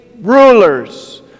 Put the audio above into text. rulers